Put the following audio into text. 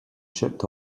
shipped